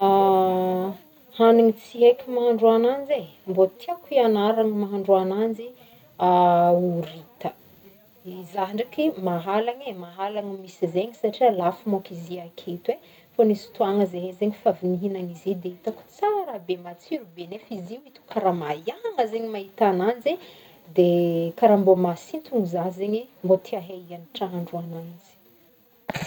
Hanigny tsy heko mahandro ananjy e, mbô tiako hiagnarana mahandro ananjy horita, za ndraiky mahalana e, mahalagny misy zegny satria lafo manko izy io aketo e, fô nisy fotoagna zahe zegny f'avy nihigna izy io de hitako tsara be matsiro be nefa izy io hitako karaha mahiagna zegny mahita ananjy karaha de mahasintogny za zegny mbô te ahay iagnatra ahandro ananjy.